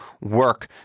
work